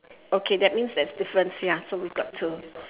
okay that means there's difference ya so we've got to